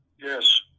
Yes